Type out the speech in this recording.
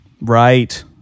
Right